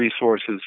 resources